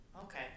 Okay